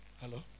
Hello